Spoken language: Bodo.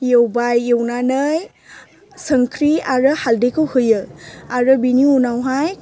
एवबाय एवनानै संख्रि आरो हालदैखौ होयो आरो बिनि उनावहाय